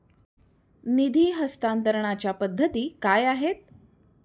निधी हस्तांतरणाच्या पद्धती काय आहेत?